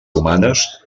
humanes